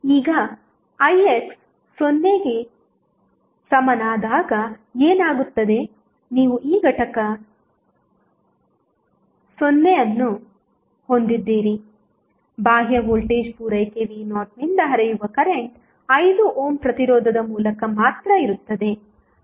ಈಗ ix 0 ಗೆ ಸಮನಾದಾಗ ಏನಾಗುತ್ತದೆ ನೀವು ಈ ಘಟಕ 0 ಅನ್ನು ಹೊಂದಿದ್ದೀರಿ ಬಾಹ್ಯ ವೋಲ್ಟೇಜ್ ಪೂರೈಕೆ v0 ನಿಂದ ಹರಿಯುವ ಕರೆಂಟ್ 5 ಓಮ್ ಪ್ರತಿರೋಧದ ಮೂಲಕ ಮಾತ್ರ ಇರುತ್ತದೆ